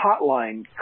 hotline